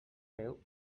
veu